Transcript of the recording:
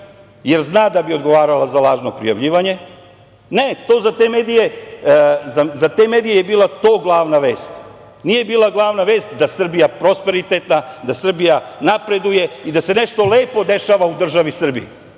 jer zna da bi odgovarala za lažno prijavljivanje. Ne, za te medije je to bila glavna vest, nije bila glavna vest da je Srbija prosperitetna, da Srbija napreduje i da se nešto lepo dešava u državi Srbiji.